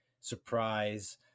surprise